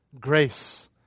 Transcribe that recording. grace